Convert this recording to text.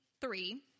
three